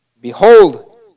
Behold